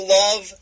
love